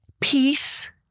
peace